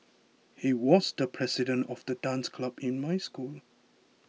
he was the president of the dance club in my school